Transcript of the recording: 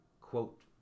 quote